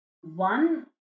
One